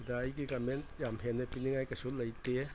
ꯁꯤꯗ ꯑꯩꯒꯤ ꯀꯃꯦꯟ ꯌꯥꯝ ꯍꯦꯟꯅ ꯄꯤꯅꯤꯉꯥꯏ ꯀꯩꯁꯨ ꯂꯩꯇꯦ